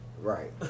Right